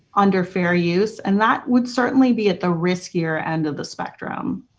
under fair use, and that would certainly be at the riskier end of the spectrum.